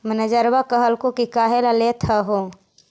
मैनेजरवा कहलको कि काहेला लेथ हहो?